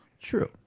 True